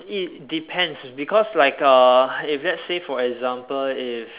it depends because like uh if let's say for example if